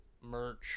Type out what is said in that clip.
merch